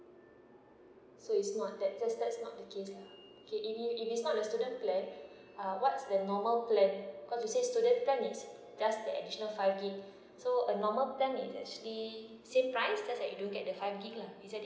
so is not that that's not the case lah okay if it's it's not a student plan uh what's the normal plan because you said student plan just the additional five gig so a normal plan is actually same price just that you don't get the five gig lah is that it